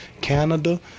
Canada